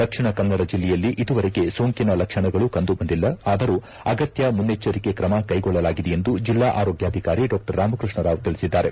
ದಕ್ಷಿಣಕನ್ನಡ ಜಿಲ್ಲೆಯಲ್ಲಿ ಇದುವರೆಗೆ ಸೋಂಕಿನ ಲಕ್ಷಣಗಳು ಕಂಡುಬಂದಿಲ್ಲ ಆದರೂ ಅಗತ್ಯ ಮುನ್ನೆಚ್ಚರಿಕೆ ತ್ರಮ ಕೈಗೊಳ್ಳಲಾಗಿದೆ ಎಂದು ಜಿಲ್ಲಾ ಆರೋಗ್ಯಾಧಿಕಾರಿ ಡಾ ರಾಮಕೃಷ್ಣ ರಾವ್ ತಿಳಿಸಿದ್ದಾರೆ